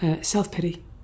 self-pity